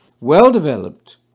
well-developed